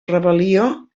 rebel·lió